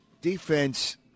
Defense